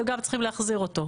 אתם גם צריכים להחזיר אותו?